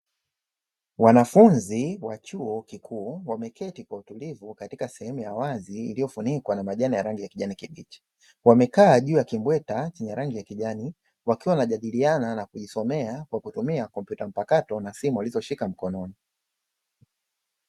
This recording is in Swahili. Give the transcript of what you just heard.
Wanafunzi wa chuo kikuu wameketi kwa utulivu katika sehemu ya wazi iliyofunikwa na majani ya rangi ya kijani kibichi. Wamekaa juu ya kimbweta chenye rangi ya kijani wakiwa wanajadiliana na kujisomea kwa kutumia kompyuta mpakato na simu walizoshika mkononi.